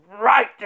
right